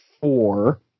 four